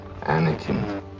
Anakin